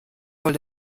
soll